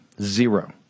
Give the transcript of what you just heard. Zero